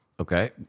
Okay